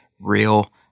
real